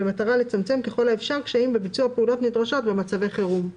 במטרה לצמצם ככל האפשר קשיים בביצוע פעולות נדרשות במצבי חירום.